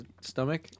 stomach